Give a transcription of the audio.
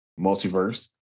multiverse